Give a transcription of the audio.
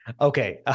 Okay